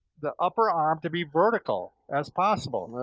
the upper arm to be vertical, as possible,